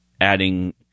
adding